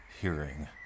hearing